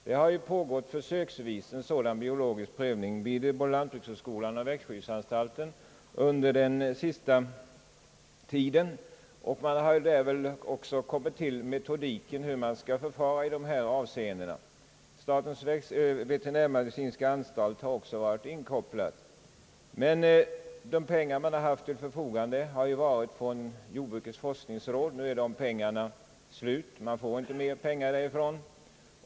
Det har försöksvis pågått en sådan prövning vid lantbrukshögskolan och växtskyddsanstalten de senaste åren, och man har också utarbetat metodiken i dessa avseenden. Statens veterinärmedicinska anstalt har även varit inkopplad, men de pengar man har haft till förfogande har kommit från jordbrukets forskningsråd, och nu är de pengarna slut. Man får inte mer pengar därifrån.